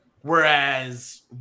Whereas